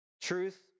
Truth